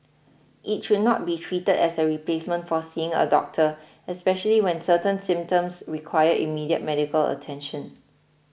it should not be treated as a replacement for seeing a doctor especially when certain symptoms require immediate medical attention